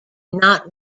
not